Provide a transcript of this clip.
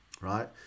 Right